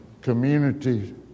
community